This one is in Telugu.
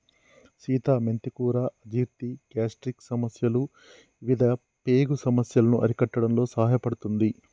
సీత మెంతి కూర అజీర్తి, గ్యాస్ట్రిక్ సమస్యలు ఇవిధ పేగు సమస్యలను అరికట్టడంలో సహాయపడుతుంది